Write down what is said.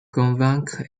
convaincre